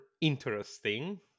interesting